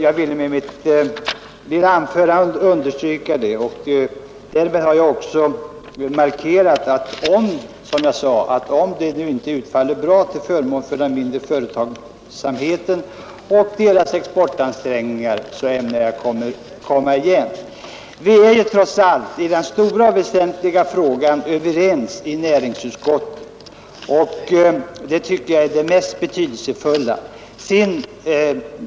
Därmed har jag också, som jag sade, markerat att om den inte utfaller bra för den mindre företagsamheten och dess exportansträngningar ämnar jag komma igen. Vi är trots allt i den stora och väsentliga frågan överens i näringsutskottet, och det tycker jag är det mest betydelsefulla.